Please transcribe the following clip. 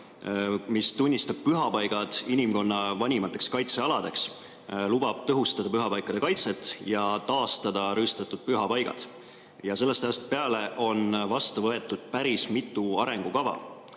mis tunnistab pühapaigad inimkonna vanimateks kaitsealadeks, lubab tõhustada pühapaikade kaitset ja taastada rüüstatud pühapaigad. Sellest ajast peale on vastu võetud päris mitu arengukava,